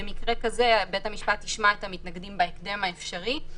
במקרה כזה בית המשפט ישמע את המתנגדים בהקדם האפשרי.